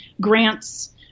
grants